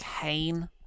Kane